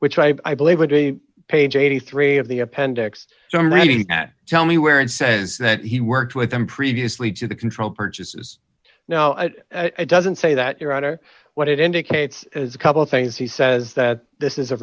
which i believe it a page eighty three of the appendix so many tell me where it says that he worked with them previously to the control purchases now it doesn't say that your honor what it indicates is a couple of things he says that this is a